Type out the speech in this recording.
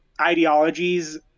ideologies